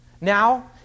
Now